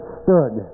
stood